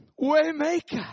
Waymaker